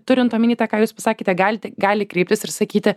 turint omeny tą ką jūs pasakėte galite gali kreiptis ir sakyti